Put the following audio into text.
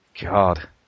God